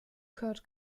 kurt